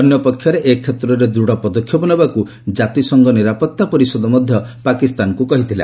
ଅନ୍ୟପକ୍ଷରେ ଏକ୍ଷେତ୍ରରେ ଦୃଢ଼ ପଦକ୍ଷେପ ନେବାକୁ ଜାତିସଂଘ ନିରାପତ୍ତା ପରିଷଦ ପାକିସ୍ତାନକୁ କହିଥିଲା